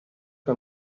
que